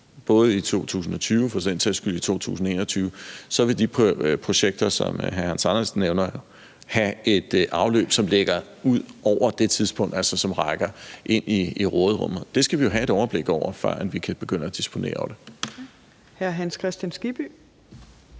sags skyld også i 2021, vil de projekter, som hr. Hans Andersen nævner, have et afløb, som ligger ud over det tidspunkt, og som altså vil række ind i råderummet. Det skal vi jo have et overblik over, før vi kan begynde at disponere over det. Kl. 22:02 Fjerde